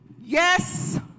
Yes